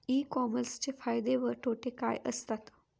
E कॉमर्सचे फायदे व तोटे काय असतात?